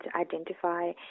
identify